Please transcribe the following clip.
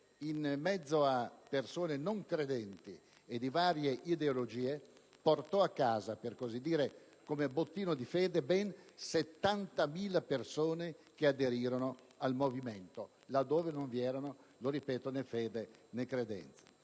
In mezzo a persone non credenti e di varie ideologie, portò a casa - per così dire - come bottino di fede ben 70.000 persone che aderirono al Movimento, là dove non vi erano - ripeto - né fede né credenze.